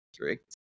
correct